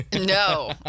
No